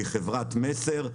זאת חברת מסר.